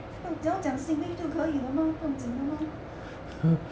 不要只要讲 singlish 就可以了 mah 不要紧的 mah